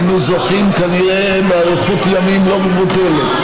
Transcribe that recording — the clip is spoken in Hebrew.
היינו זוכים כנראה באריכות ימים לא מבוטלת.